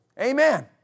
Amen